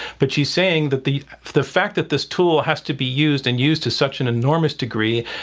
but she's saying that the the fact that this tool has to be used, and used to such an enormous degree,